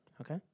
Okay